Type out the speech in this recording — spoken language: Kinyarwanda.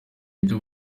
ibyo